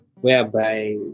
whereby